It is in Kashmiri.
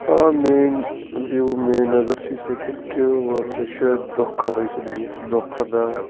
آ میٲنۍ وِو میٲنۍ نظر چھِ یِتھَے کٔنۍ کہِ وٲلڈٕ چھِ دۄہ کھۄتہٕ دۄہ یُس یہِ دُنیا چھُ دۄہ کھۄتہٕ دۄہ